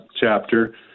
chapter